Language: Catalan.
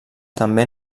també